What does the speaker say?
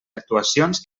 actuacions